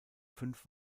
fünf